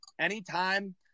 anytime